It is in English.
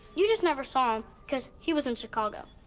you just never saw him because he was in chicago.